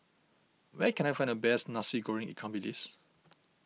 where can I find the best Nasi Goreng Ikan Bilis